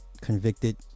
convicted